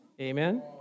Amen